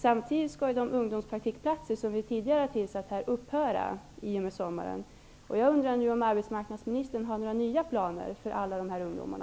Samtidigt skall ju de ungdomspraktikplatser som vi tidigare har tillsatt upphöra i och med sommaren.